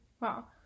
Wow